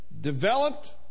developed